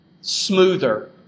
smoother